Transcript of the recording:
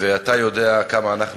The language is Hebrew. ואתה יודע כמה אנחנו